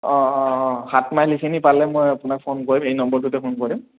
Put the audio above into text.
অঁ অঁ সাত মাইল সেইখিনি পালে মই আপোনাক ফোন কৰিম এই নম্বৰটোতে ফোন কৰিম